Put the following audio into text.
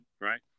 right